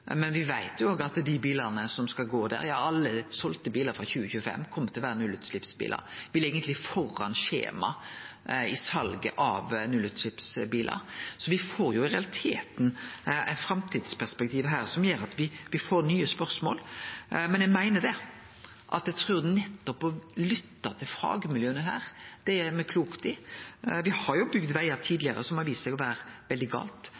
men me veit òg at dei bilane som skal gå der – ja, alle bilar som blir selde frå 2025 – kjem til å vere nullutsleppsbilar. Me ligg eigentleg framfor skjemaet når det gjeld salet av nullutsleppsbilar, så me får i realiteten eit framtidsperspektiv her som gjer at me får nye spørsmål. Men eg meiner det eg seier: Eg trur at nettopp å lytte til fagmiljøa her gjer me klokt i. Me har jo bygd vegar